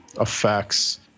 effects